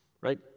right